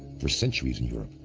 for centuries in europe,